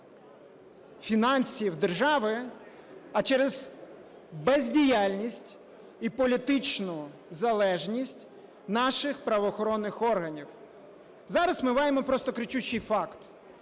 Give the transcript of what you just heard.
фінансів держави, а через бездіяльність і політичну залежність наших правоохоронних органів. Зараз ми маємо просто кричущий факт.